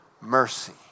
mercy